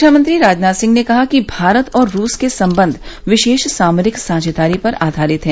रक्षामंत्री राजनाथ सिंह ने कहा है कि भारत और रूस के संबंध विशेष सामरिक साझेदारी पर आधारित हैं